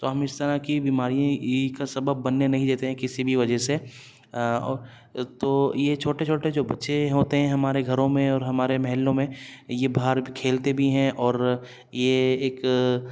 تو ہم اس طرح کی بیماری ای کا سبب بننے نہیں دیتے ہیں کسی بھی وجہ سے تو یہ چھوٹے چھوٹے جو بچے ہوتے ہیں ہمارے گھروں میں اور ہمارے محلوں میں یہ باہر کھیلتے بھی ہیں اور یہ ایک